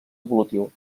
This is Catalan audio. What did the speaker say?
evolutiu